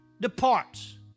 departs